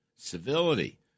Civility